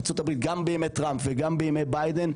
גם בימי טראמפ וגם בימי ביידן,